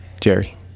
Jerry